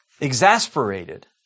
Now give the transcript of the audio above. exasperated